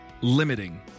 limiting